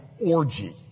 orgy